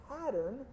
pattern